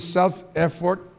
self-effort